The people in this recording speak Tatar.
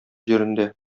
җирендә